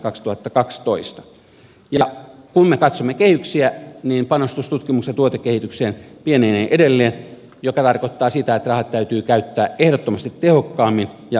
kun me katsomme kehyksiä niin panostus tutkimukseen ja tuotekehitykseen pienenee edelleen mikä tarkoittaa sitä että rahat täytyy käyttää ehdottomasti tehokkaammin ja vaikuttavammin